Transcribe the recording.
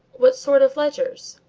what sort of ledgers?